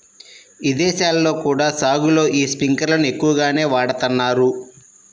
ఇదేశాల్లో కూడా సాగులో యీ స్పింకర్లను ఎక్కువగానే వాడతన్నారు